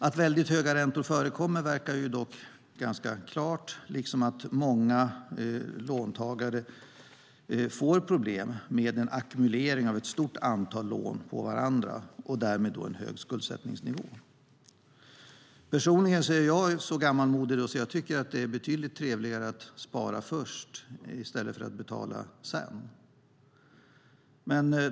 Att väldigt höga räntor förekommer verkar dock ganska klart, liksom att många låntagare får problem med en ackumulering av ett stort antal lån på varandra och därmed en hög skuldsättningsnivå. Personligen är jag så gammalmodig att jag tycker att det är betydligt trevligare att spara först i stället för att betala sedan.